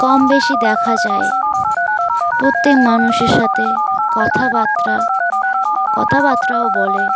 কম বেশি দেখা যায় প্রত্যেক মানুষের সাথে কথাবার্তা কথাবার্তাও বলে